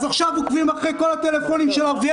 אז עכשיו עוקבים אחרי כל הטלפונים של ערביי